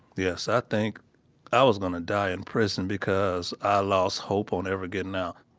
yes. i think i was gonna die in prison because i lost hope on ever gettin' out